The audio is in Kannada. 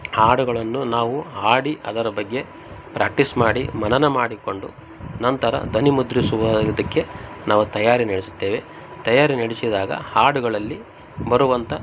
ಹಾಡುಗಳನ್ನು ನಾವು ಹಾಡಿ ಅದರ ಬಗ್ಗೆ ಪ್ರ್ಯಾಕ್ಟೀಸ್ ಮಾಡಿ ಮನನ ಮಾಡಿಕೊಂಡು ನಂತರ ಧ್ವನಿಮುದ್ರಿಸುವುದಕ್ಕೆ ನಾವು ತಯಾರಿ ನಡೆಸುತ್ತೇವೆ ತಯಾರಿ ನಡೆಸಿದಾಗ ಹಾಡುಗಳಲ್ಲಿ ಬರುವಂಥ